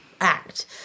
act